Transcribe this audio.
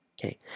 Okay